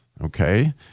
Okay